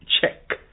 check